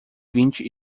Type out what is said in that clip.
vinte